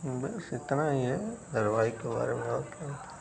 बस इतना ही है धरवाहिक के बारे में और क्या बताएं